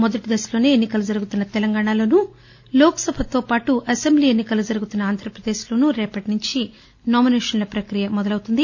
మొదటి దశలోనే ఎన్నికలు జరుగుతున్న తెలంగాణలోనూ లోక్ సభతోపాటు అసెంబ్లీ ఎన్ని కలు జరుగుతున్న ఆంధ్రప్రదేశ్ లో రేపటినుంచి నామినేషన్ల ప్రక్రియ ప్రారంభమవుతుంది